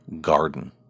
garden